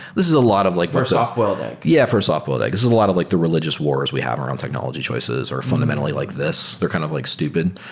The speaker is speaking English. this is a lot of like for soft boiled egg yeah, for a soft boiled egg. this is a lot of like the religious wars. we have our own technology choices are fundamentally like this. they're kind of like stupid.